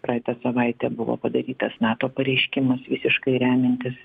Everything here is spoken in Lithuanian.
praeitą savaitę buvo padarytas nato pareiškimas visiškai remiantis